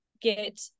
get